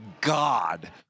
God